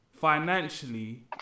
Financially